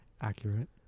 Accurate